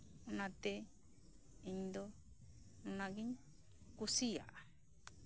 ᱚᱱᱟᱛᱮ ᱤᱧᱫᱚ ᱚᱱᱟᱜᱤᱧ ᱠᱩᱥᱤᱭᱟᱜ ᱟ